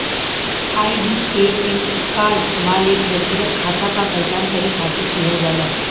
IBAN क इस्तेमाल एक व्यक्तिगत खाता क पहचान करे खातिर किहल जाला